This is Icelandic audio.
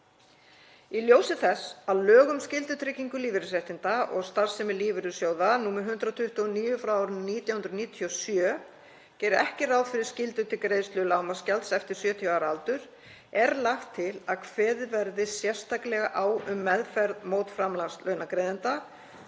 Í ljósi þess að lög um skyldutryggingu lífeyrisréttinda og starfsemi lífeyrissjóða, nr. 129/1997, gera ekki ráð fyrir skyldu til greiðslu lágmarksgjalds eftir 70 ára aldur er lagt til að kveðið verði sérstaklega á um meðferð mótframlags launagreiðanda